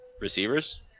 receivers